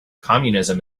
communism